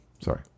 Sorry